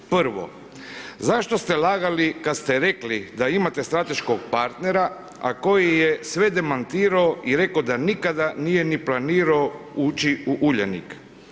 Prvo, zašto ste lagali kad ste rekli da imate strateškog partnera, a koji je sve demantirao i rekao da nikada nije ni planirao ući u Uljanik.